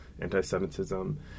anti-Semitism